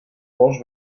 pols